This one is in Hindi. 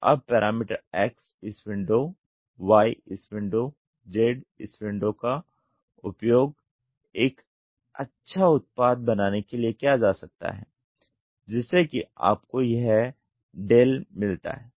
तो अब पैरामीटर X इस विंडो Y इस विंडो Z इस विंडो का उपयोग एक अच्छा उत्पाद बनाने के लिए किया जा सकता है जिससे कि आपको यह डेल मिलता है